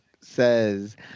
says